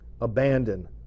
abandon